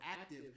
active